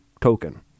token